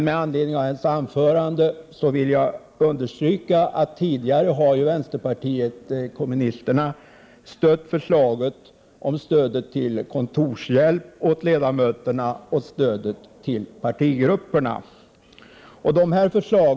Med anledning av hennes anförande vill jag understryka att tidigare har vänsterpartiet kommunisterna stött förslaget om stöd till kontorshjälp åt ledamöterna och stödet till partigrupperna.